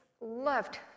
loved